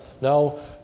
No